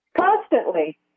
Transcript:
Constantly